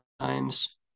times